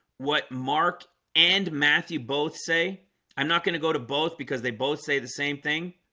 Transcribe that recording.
what mark and matthew both say i'm not going to go to both because they both say the same thing